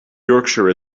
yorkshire